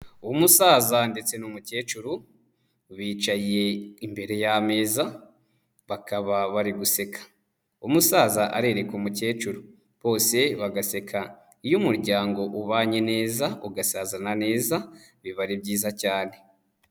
Umusaza ndetse n'umukecuru bicaye imbere y'ameza, bakaba bari guseka umusaza arereka umukecuru bose bagaseka, iyo umuryango ubanye neza ugasazana neza biba ari byiza cyane.